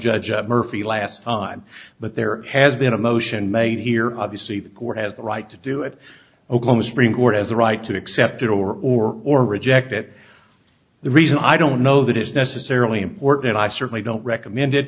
judge murphy last time but there has been a motion made here obviously the court has the right to do it oklahoma supreme court has the right to accept it or or or reject it the reason i don't know that it's necessarily important and i certainly don't recommend it